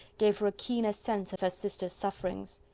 gave her a keener sense of her sister's sufferings.